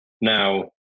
Now